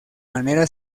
manera